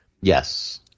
yes